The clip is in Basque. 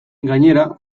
gainera